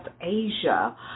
Asia